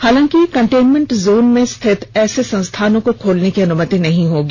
हालांकि containment zone में स्थित ऐसे संस्थानों को खोलने की अनुमति नहीं होगी